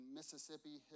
Mississippi